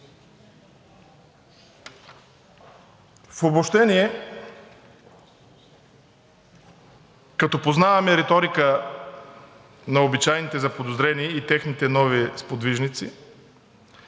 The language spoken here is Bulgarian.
В обобщение, като познаваме риториката на обичайните заподозрени и техните нови сподвижници,